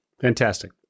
Fantastic